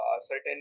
certain